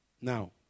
Now